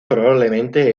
probablemente